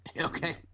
okay